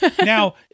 Now